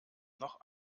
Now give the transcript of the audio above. noch